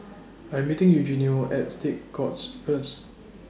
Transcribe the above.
I Am meeting Eugenio At State Courts First